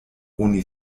oni